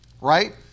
right